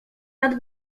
nad